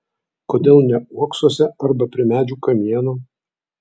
kodėl ne uoksuose arba prie medžių kamienų